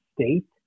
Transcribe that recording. state